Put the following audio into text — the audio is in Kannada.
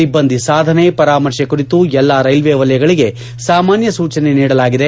ಸಿಬ್ಬಂದಿ ಸಾಧನೆ ಪರಾಮರ್ಶೆ ಕುರಿತು ಎಲ್ಲ ರೈಲ್ವೆ ವಲಯಗಳಿಗೆ ಸಾಮಾನ್ಯ ಸೂಚನೆ ನೀಡಲಾಗಿದೆ